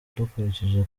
dukurikije